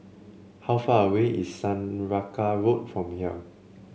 how far away is Saraca Road from here